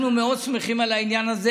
אנחנו מאוד שמחים על העניין הזה.